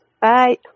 Bye